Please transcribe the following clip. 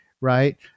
Right